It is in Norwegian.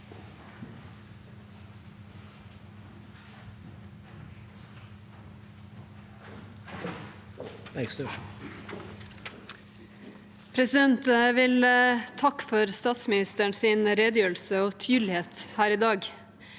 Jeg vil takke for stats- ministerens redegjørelse og tydelighet her i dag.